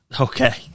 Okay